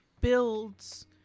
builds